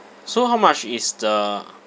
so how much is the